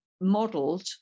modeled